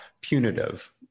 punitive